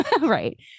right